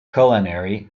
culinary